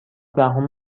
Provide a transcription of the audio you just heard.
دهم